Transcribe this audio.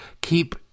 keep